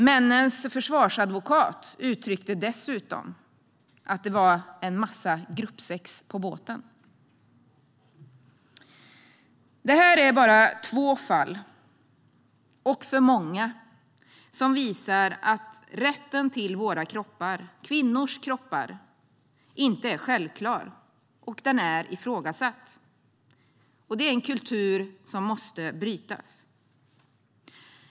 Männens försvarsadvokat uttryckte dessutom att det hade förekommit en massa gruppsex på båten. Det här är bara två fall, och det är två för många, som visar att rätten till våra kroppar, kvinnors kroppar, inte är självklar och är ifrågasatt. Det är en kultur som måste brytas.